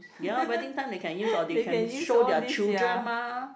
ya wedding time they can use all these they can show their children mah